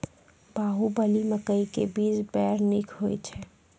बाहुबली मकई के बीज बैर निक होई छै